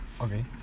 Okay